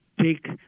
take